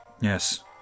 Yes